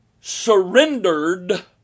surrendered